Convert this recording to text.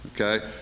okay